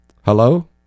Hello